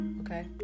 Okay